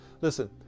Listen